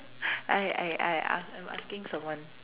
I I I I I'm asking someone